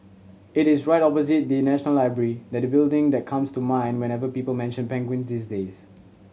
it is right opposite the National Library that building that comes to mind whenever people mention penguin these days